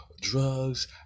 drugs